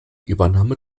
übernahme